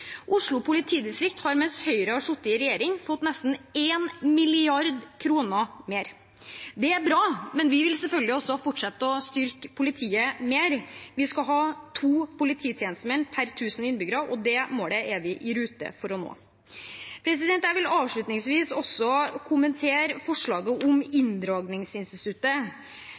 Oslo politidistrikt har mens Høyre har sittet i regjering, fått nesten 1 mrd. kr mer. Det er bra, men vi vil selvfølgelig også fortsette å styrke politiet mer. Vi skal ha to polititjenestemenn per tusen innbyggere, og det målet er vi i rute til å nå. Jeg vil avslutningsvis også kommentere forslaget om